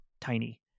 tiny